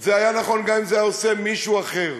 זה היה נכון גם אם היה עושה את זה מישהו אחר.